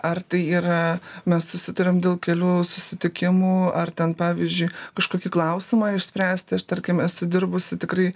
ar tai yra mes susitariam dėl kelių susitikimų ar ten pavyzdžiui kažkokį klausimą išspręsti aš tarkim use sudirbusi tikrai